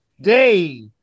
Dave